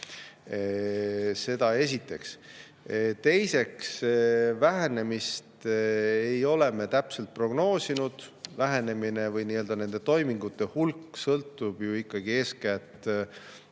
Seda esiteks. Teiseks, vähenemist ei ole me täpselt prognoosinud. Vähenemine või toimingute hulk sõltub ikkagi eeskätt